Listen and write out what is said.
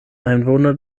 einwohner